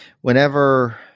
whenever